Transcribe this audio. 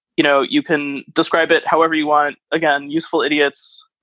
you know, you can describe it however you want. again, useful idiots.